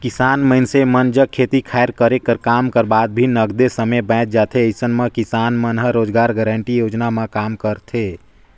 किसान मइनसे मन जग खेती खायर कर काम कर बाद भी नगदे समे बाएच जाथे अइसन म किसान मन ह रोजगार गांरटी योजना म काम करथे